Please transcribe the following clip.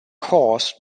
course